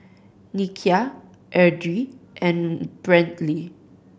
Nikia Edrie and Brantley